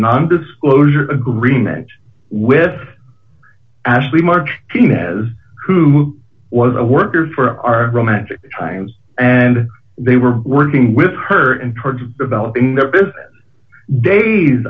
nondisclosure agreement with ashley march who was a worker for our romantic times and they were working with her and towards d